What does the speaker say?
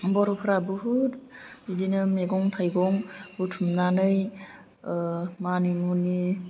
बर'फोरा बुहुद बिदिनो मैगं थाइगं बुथुमनानै मानि मुनि